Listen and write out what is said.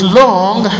long